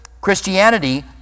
Christianity